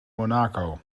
monaco